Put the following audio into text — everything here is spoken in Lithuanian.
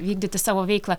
vykdyti savo veiklą